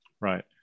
Right